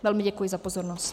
Velmi děkuji za pozornost.